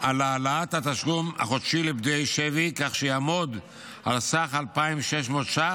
על העלאת התשלום החודשי לפדויי שבי כך שיעמוד על סך 2,600 שקלים,